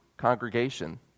congregation